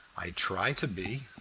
i try to be.